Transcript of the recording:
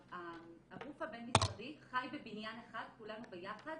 הגוף הבין-משרדי חי בבניין אחד, כולנו ביחד.